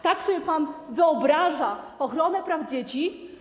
Tak sobie pan wyobraża ochronę praw dzieci?